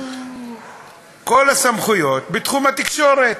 כל הסמכויות בתחום התקשורת,